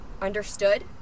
Understood